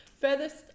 furthest